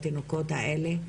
בתינוקות האלה,